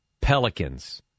Pelicans